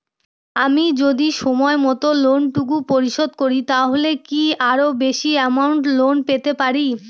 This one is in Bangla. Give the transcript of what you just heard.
আমি যদি সময় মত লোন টুকু পরিশোধ করি তাহলে কি আরো বেশি আমৌন্ট লোন পেতে পাড়ি?